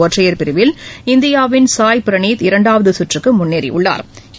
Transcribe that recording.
ஒற்றையா் பிரிவில் இந்தியாவின் சாய் பிரணீத் இரண்டாவது சுற்றுக்கு முன்னேறியுள்ளாா்